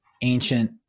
ancient